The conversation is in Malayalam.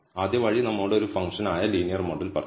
ആദ്യ വഴി നമ്മോട് ഒരു ഫംഗ്ഷൻ ആയ ലീനിയർ മോഡൽ പറയുന്നു